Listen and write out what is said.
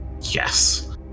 Yes